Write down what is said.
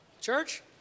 Church